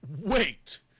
Wait